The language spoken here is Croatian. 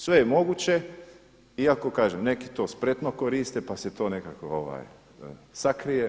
Sve je moguće, iako kažem neki to spretno koriste pa se to nekako sakrije.